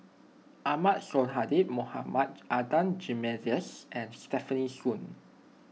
Ahmad Sonhadji Mohamad Adan Jimenez and Stefanie Sun